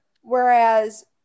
whereas